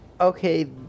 Okay